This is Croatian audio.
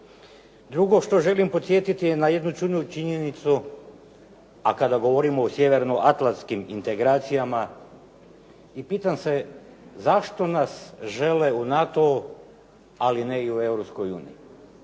Drugo što želim podsjetiti na jednu činjenicu, a kada govorimo o Sjevernoatlantskim integracijama i pitam se zašto nas žele u NATO-u, ali ne i u